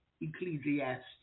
Ecclesiastes